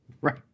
Right